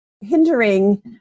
hindering